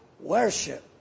worship